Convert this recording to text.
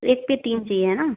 एक पर तीन चाहिए है न